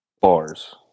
bars